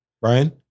Brian